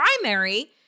primary